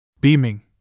Beaming